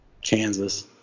Kansas